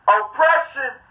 oppression